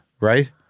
Right